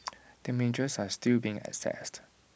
damages are still being assessed